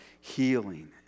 healing